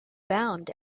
bound